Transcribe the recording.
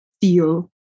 feel